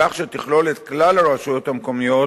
כך שתכלול את כלל הרשויות המקומיות